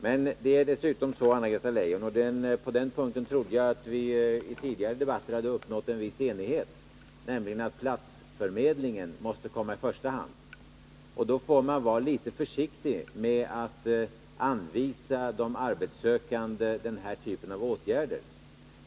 Men det är dessutom så — och på den punkten trodde jag att vi i tidigare debatter hade uppnått en viss enighet, Anna-Greta Leijon — att platsförmedlingen måste komma i första hand. Då får man vara litet försiktig med att anvisa de arbetssökande den här typen av åtgärder.